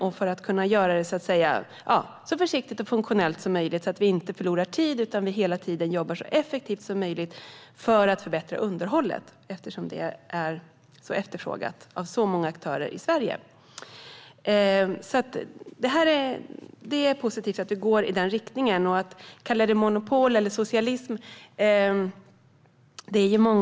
Vi behöver göra det så försiktigt och funktionellt som möjligt så att vi inte förlorar tid utan hela tiden jobbar så effektivt som möjligt för att förbättra underhållet, eftersom det är efterfrågat av så många aktörer i Sverige. Det är positivt att vi går i den riktningen.